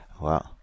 Wow